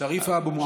שריפה אבו מועמר.